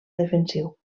defensiu